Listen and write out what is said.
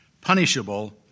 punishable